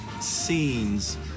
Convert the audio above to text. scenes